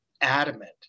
adamant